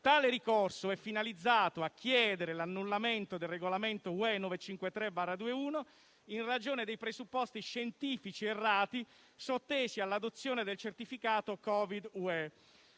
Tale ricorso è finalizzato a chiedere l'annullamento del regolamento UE 953/2021 in ragione dei presupposti scientifici errati sottesi all'adozione del certificato Covid-UE.